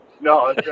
No